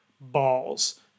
balls